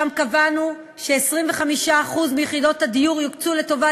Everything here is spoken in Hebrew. ושם קבענו ש-25% מיחידות הדיור יוקצו לטובת